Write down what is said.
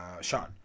Sean